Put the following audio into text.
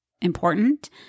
important